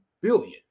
billion